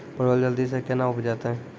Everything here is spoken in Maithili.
परवल जल्दी से के ना उपजाते?